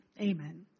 amen